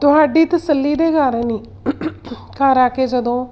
ਤੁਹਾਡੀ ਤਸੱਲੀ ਦੇ ਕਾਰਨ ਹੀ ਘਰ ਆ ਕੇ ਜਦੋਂ